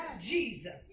Jesus